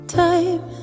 time